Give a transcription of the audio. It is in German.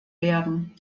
werden